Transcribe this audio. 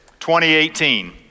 2018